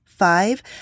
Five